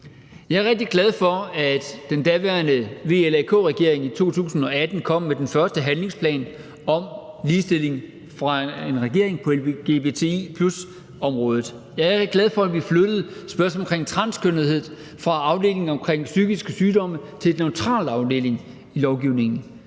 Jeg er rigtig glad for, at den daværende VLAK-regering i 2018 kom med den første handlingsplan fra en regering om ligestilling på lgbti+-området. Jeg er glad for, at vi flyttede spørgsmålet omkring transkønnethed fra afdelingen omkring psykiske sygdomme til en neutral afdeling i lovgivningen,